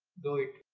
doit